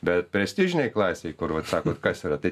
bet prestižinėj klasėj kur vat sakot kas yra tai